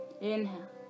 inhale